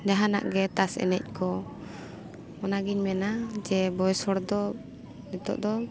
ᱡᱟᱦᱟᱱᱟᱜ ᱜᱮ ᱛᱟᱥ ᱮᱱᱮᱡ ᱠᱚ ᱚᱱᱟᱜᱤᱧ ᱢᱮᱱᱟ ᱡᱮ ᱵᱚᱭᱮᱥ ᱦᱚᱲ ᱫᱚ ᱱᱤᱛᱚᱜ ᱫᱚ